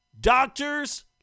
Doctors